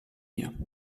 mir